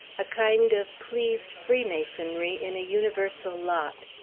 a kind of pleased freemasonry in a universal lot.